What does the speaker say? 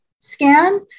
scan